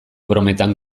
brometan